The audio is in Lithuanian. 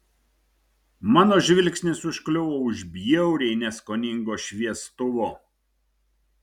mano žvilgsnis užkliuvo už bjauriai neskoningo šviestuvo